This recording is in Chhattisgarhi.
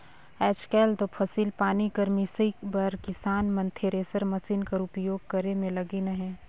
आएज काएल दो फसिल पानी कर मिसई बर किसान मन थेरेसर मसीन कर उपियोग करे मे लगिन अहे